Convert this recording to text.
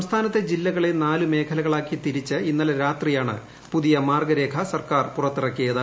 സംസ്ഥാനത്തെ ജില്ലകളെ നാല് മേഖലകളാക്കി തിരിച്ച് ഇന്നലെ രാത്രിയാണ് പുതിയ മാർഗ്ഗരേഖ സർക്കാർ പുറത്തിറക്കിയത്